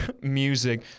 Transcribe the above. music